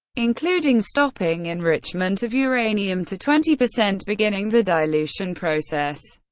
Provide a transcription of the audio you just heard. including stopping enrichment of uranium to twenty percent, beginning the dilution process,